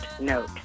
note